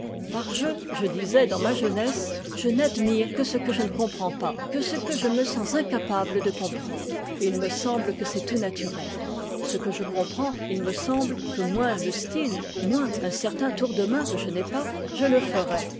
par jeu je disais dans ma jeunesse je n'admire que ce que je ne comprends pas que ce que je me sens incapable de comprendre et il me semble que c'est tout naturel ce que je comprends il me semble que moins le style moins un certain tour de main que je n'ai pas je le ferais